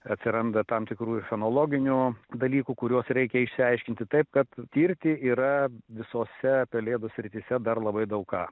atsiranda tam tikrųjų fenologinių dalykų kuriuos reikia išsiaiškinti taip kad tirti yra visose pelėdų srityse dar labai daug ką